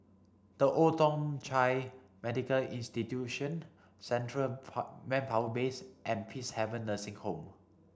The Old Thong Chai Medical Institution Central Manpower Base and Peacehaven Nursing Home